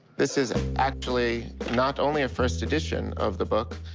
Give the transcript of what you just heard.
this is actually not only a first edition of the book,